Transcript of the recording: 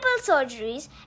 surgeries